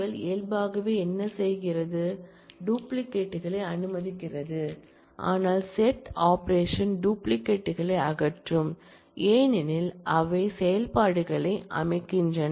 SQL இயல்பாகவே என்ன செய்கிறது டூப்ளிகேட்டை களை அனுமதிக்கிறது ஆனால் செட் ஆபரேஷன் டூப்ளிகேட்டை களை அகற்றும் ஏனெனில் அவை செயல்பாடுகளை அமைக்கின்றன